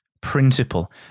principle